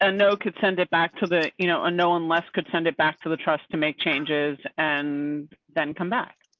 ah no could send it back to the, you know no, unless could send it back to the trust to make changes and then come back.